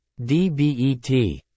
DBET